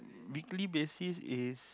weekly basis is